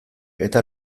eta